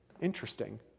interesting